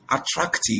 attractive